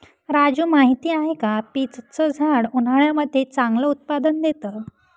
राजू माहिती आहे का? पीच च झाड उन्हाळ्यामध्ये चांगलं उत्पादन देत